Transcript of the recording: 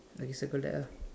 okay circle that ah